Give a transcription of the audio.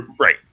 Right